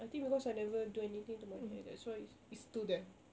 I think because I never do anything to my hair that's why it's it's still there